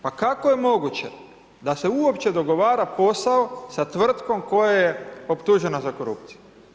Pa kako je moguće da se uopće dogovara posao sa tvrtkom koja je optužena za korupciju.